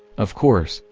of course,